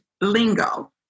lingo